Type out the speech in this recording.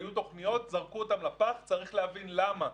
היו תוכניות, זרקו אותן לפח, צריך להבין למה.